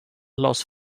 los